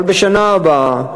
אבל בשנה הבאה,